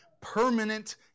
permanent